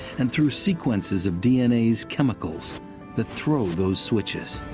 and through sequences of d n a s chemicals that throw those switches.